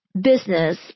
business